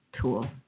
tool